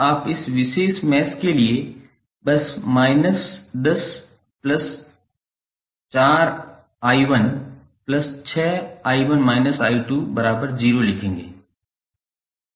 आप इस विशेष मैश के लिए बस माइनस 104𝑖16𝑖1 𝑖20 लिखेंगे